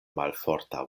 malforta